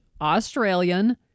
Australian